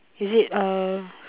is it uh